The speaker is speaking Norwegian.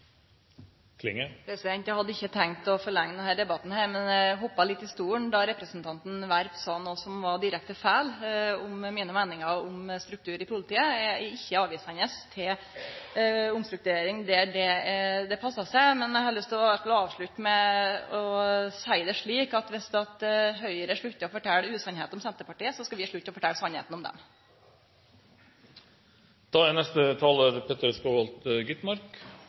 Eg hadde ikkje tenkt å forlengje denne debatten, men eg hoppa litt i stolen då representanten Werp sa noko som var direkte feil om mine meiningar om struktur i politiet. Eg er ikkje avvisande til omstrukturering der det passar. Men eg har lyst til å avslutte med å seie det slik at viss Høgre sluttar å fortelje usanningar om Senterpartiet, skal vi slutte å fortelje sanninga om dei. Høyres linje har ligget fast hele veien. Vi ønsker økt rettssikkerhet. Det er